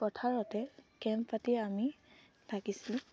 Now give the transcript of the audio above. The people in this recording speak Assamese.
পথাৰতে কেম্প পাতি আমি থাকিছিলোঁ